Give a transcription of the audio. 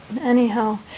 anyhow